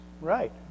right